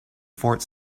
fort